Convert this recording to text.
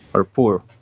or poor,